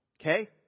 Okay